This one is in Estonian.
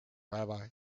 päeva